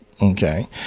Okay